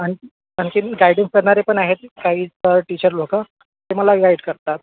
आणखी आणखीन गायडन्स करणारे पण आहेत काही सर टीचर लोकं ते मला गाईड करतात